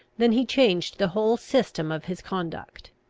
than he changed the whole system of his conduct.